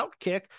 OutKick